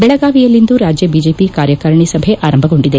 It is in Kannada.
ಬೆಳಗಾವಿಯಲ್ಲಿಂದು ರಾಜ್ಯ ಬಿಜೆಪಿ ಕಾರ್ಯಕಾರಣಿ ಸಭೆ ಆರಂಭಗೊಂಡಿದೆ